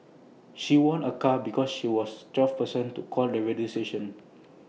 she won A car because she was twelfth person to call the radio station